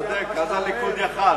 צודק, אז הליכוד היה יכול.